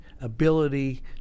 ability